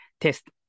test